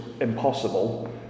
impossible